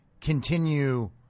continue